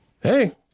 Hey